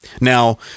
now